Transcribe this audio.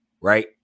right